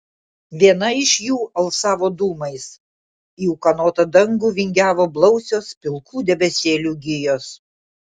viena iš jų alsavo dūmais į ūkanotą dangų vingiavo blausios pilkų debesėlių gijos